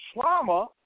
trauma